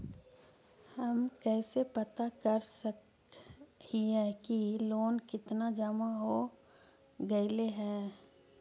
हम कैसे पता कर सक हिय की लोन कितना जमा हो गइले हैं?